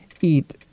eat